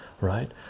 Right